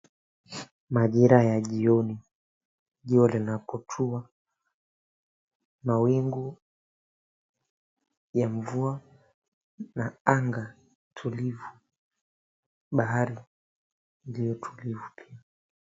Majira ya jioni jua linakotua. Mawingu ya mvua na anga tulivu. Bahari iliyo tulivu pia.